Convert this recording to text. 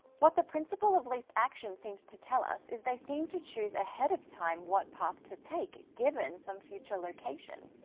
what the principle of least action seems to tell us is they seem to choose ahead of time what path to take given some future location.